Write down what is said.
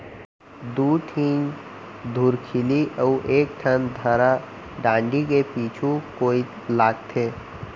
दू ठिन धुरखिली अउ एक ठन थरा डांड़ी के पीछू कोइत लागथे